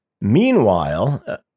Meanwhile